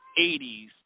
80s